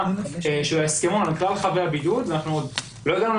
של ההסכמון על כלל חבי הבידוד ואנחנו עוד לא הגענו,